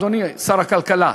אדוני שר הכלכלה,